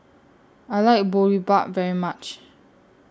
I like Boribap very much